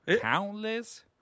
countless